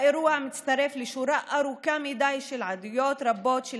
האירוע מצטרף לשורה ארוכה מדי של עדויות רבות של